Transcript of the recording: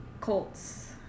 Colts